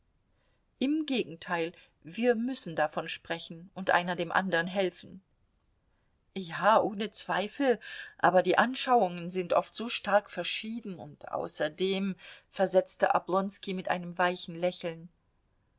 im gegenteil wir müssen davon sprechen und einer dem andern helfen ja ohne zweifel aber die anschauungen sind oft so stark verschieden und außerdem versetzte oblonski mit einem weichen lächeln